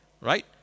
right